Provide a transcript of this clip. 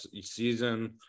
season